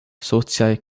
sociaj